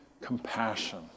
compassion